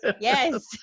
yes